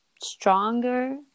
stronger